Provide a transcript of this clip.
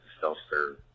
self-serve